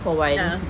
ah